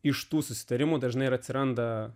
iš tų susitarimų dažnai ir atsiranda